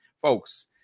folks